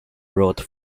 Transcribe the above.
wrote